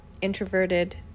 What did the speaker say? Introverted